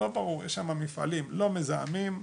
יש שם מפעלים לא מזהמים,